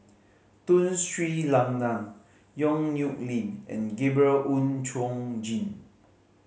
Tun Sri Lanang Yong Nyuk Lin and Gabriel Oon Chong Jin